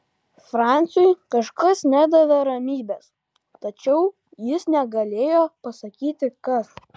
franciui kažkas nedavė ramybės tačiau jis negalėjo pasakyti kas